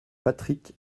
patrick